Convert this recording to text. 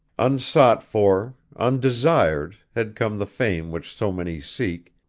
unsought for, undesired, had come the fame which so many seek,